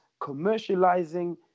commercializing